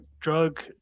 drug